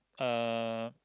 uh